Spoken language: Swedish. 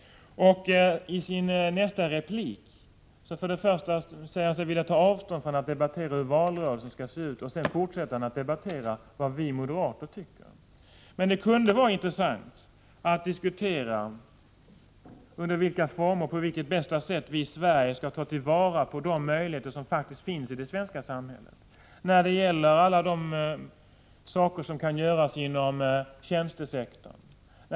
I repliken säger han sig först och främst vilja ta avstånd från en debatt som handlar om hur valrörelsen skall se ut. Sedan fortsätter han att debattera vad vi moderater tycker. Men det kunde vara intressant att diskutera i vilka former och hur vi på bästa sätt skall tillvarata de möjligheter som faktiskt finns i det svenska samhället. Det gäller då allt det som kan åstadkommas inom tjänstesektorn.